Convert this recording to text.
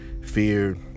Fear